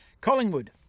Collingwood